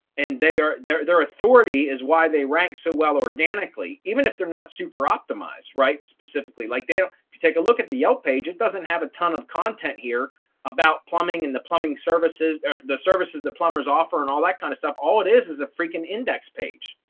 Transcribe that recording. and they are their their authority is why they rank so well, organically, even if they're not super optimized, right, specifically like data. if you take a look at the yellow page, it doesn't have a ton of content here about plumbing and the plumbing services, or the services that plumbers offer and all that kind of stuff. all it is is a freakin index page.